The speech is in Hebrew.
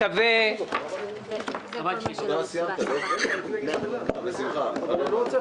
מכלוף מיקי זוהר (יו"ר הוועדה המיוחדת): הן האחרונות?